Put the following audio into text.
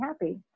happy